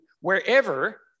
wherever